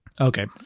Okay